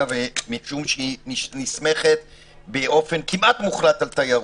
והיא נסמכת באופן כמעט מוחלט על תיירות.